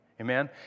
Amen